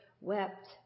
wept